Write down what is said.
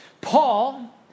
Paul